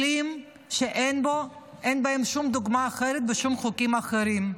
כלים שאין להם שום דוגמה אחרת בשום חוקים אחרים.